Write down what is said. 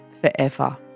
forever